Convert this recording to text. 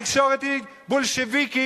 התקשורת היא בולשביקית,